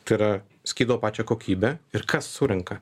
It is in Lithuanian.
tai yra skydo pačią kokybę ir kas surenka